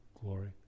glory